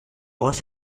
was